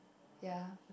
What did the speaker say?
ya